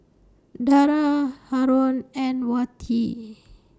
Dara Haron and Wati